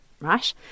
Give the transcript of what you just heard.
right